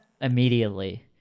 immediately